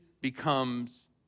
becomes